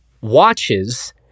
watches